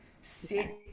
sit